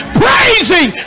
praising